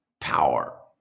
power